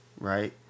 right